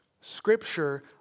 Scripture